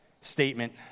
statement